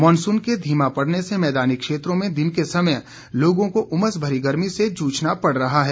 monsoon के धीमा पड़ने से मैदानी क्षेत्रों में दिन के समय लोगों को उमस भरी गर्मी से जूझना पड़ रहा है